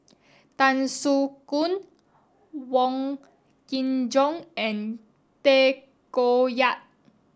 Tan Soo Khoon Wong Kin Jong and Tay Koh Yat